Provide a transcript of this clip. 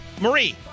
Marie